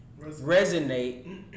resonate